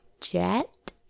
Jet